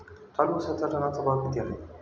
चालू उसाचा टनाचा भाव किती आहे?